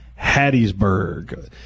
Hattiesburg